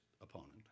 opponent